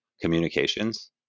communications